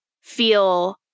feel